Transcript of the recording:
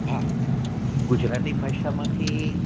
હા ગુજરાતી ભાષામાંથી